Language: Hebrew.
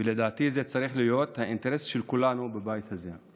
ולדעתי זה צריך להיות האינטרס של כולנו בבית הזה,